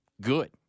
good